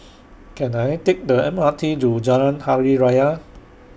Can I Take The M R T to Jalan Hari Raya